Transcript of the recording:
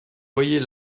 voyez